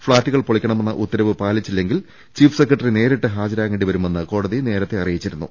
ഫ്ളാറ്റു കൾ പൊളിക്കണമെന്ന ഉത്തരവ് പാലിച്ചില്ലെങ്കിൽ ചീഫ് സെക്രട്ടറി നേരിട്ട് ഹാജരാകേണ്ടിവരുമെന്ന് കോടതി നേരത്തെ അറിയിച്ചിരുന്നു